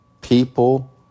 People